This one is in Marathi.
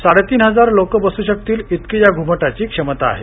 साडेतीन हजार लोकं बसू शकतील इतकी या घुमात्रीची क्षमता आहे